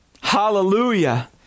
Hallelujah